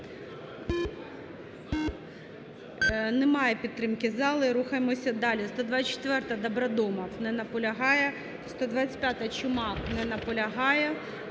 Немає підтримки зали. Рухаємося далі. 124-а, Добродомов. Не наполягає. 125-а, Чумак. Не наполягає.